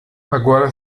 agora